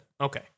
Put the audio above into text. Okay